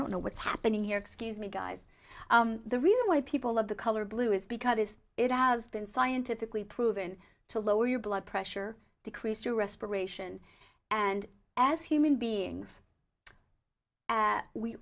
don't know what's happening here excuse me guys the reason why people love the color blue is because it has been scientifically proven to lower your blood pressure decrease your respiration and as human beings